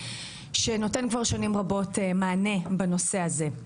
שנותן כבר שנים רבות מענה בנושא הזה.